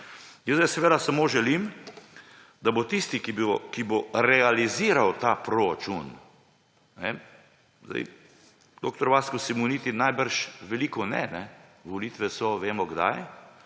Jaz zdaj samo želim, da bo tisti, ki bo realiziral ta proračun − dr. Vasko Simoniti verjetno veliko ne, volitve so, vemo, kdaj